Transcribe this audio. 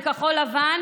לכחול לבן,